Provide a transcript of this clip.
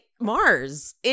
Mars